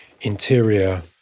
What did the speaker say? interior